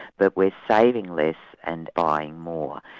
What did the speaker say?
but we're saving less and buying more,